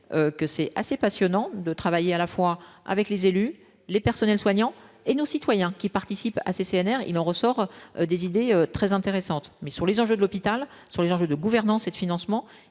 que c'est assez passionnant de travailler à la fois avec les élus, les personnels soignants et nos citoyens qui participent à ces CNR il en ressort des idées très intéressantes, mais sur les enjeux de l'hôpital sur les enjeux de gouvernance et de financement,